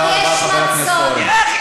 תודה רבה, חבר הכנסת אורן.